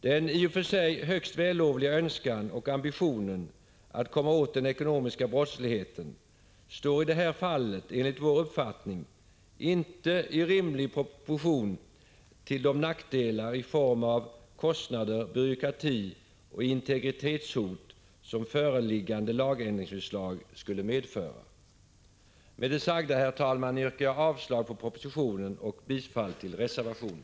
Den i och för sig högst vällovliga önskan och ambitionen att komma åt den ekonomiska brottsligheten står i det här fallet enligt vår uppfattning inte i rimlig proportion till de nackdelar i form av kostnader, byråkrati och integritetshot som föreliggande lagändringsförslag skulle medföra. Herr talman! Med det sagda yrkar jag avslag på propositionen och bifall till reservationen.